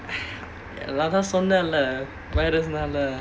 நான் தான் சொன்னேன்ல:naan thaan sonnaenla virus நால:naala